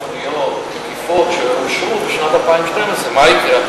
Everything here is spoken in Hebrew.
אבל זה תוצאתי עם אותן תוכניות מקיפות שאושרו בשנת 2012. מה יקרה?